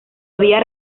había